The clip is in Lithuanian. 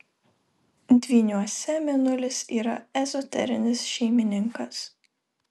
dvyniuose mėnulis yra ezoterinis šeimininkas